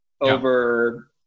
over